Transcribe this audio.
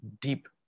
deep